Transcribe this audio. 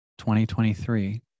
2023